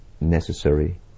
necessary